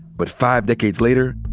but five decades later,